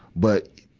but,